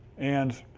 and